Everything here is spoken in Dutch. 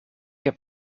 heb